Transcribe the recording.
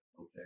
Okay